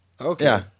Okay